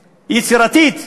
יצירתית.